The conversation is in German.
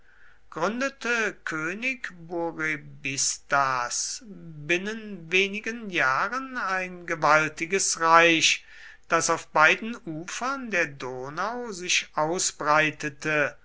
gründete könig burebistas binnen wenigen jahren ein gewaltiges reich das auf beiden ufern der donau sich ausbreitete